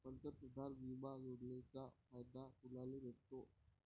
पंतप्रधान बिमा योजनेचा फायदा कुनाले भेटतो?